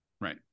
right